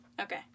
Okay